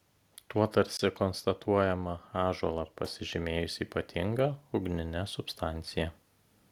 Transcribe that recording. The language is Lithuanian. tuo tarsi konstatuojama ąžuolą pasižymėjus ypatinga ugnine substancija